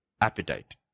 appetite